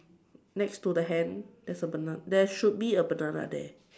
next to the hand there is a banana there should be a banana there